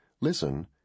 Listen